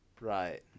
Right